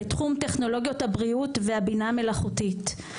בתחום טכנולוגיות הבריאות והבינה המלאכותית.